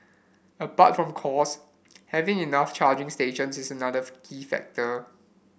apart from cost having enough charging stations is another key factor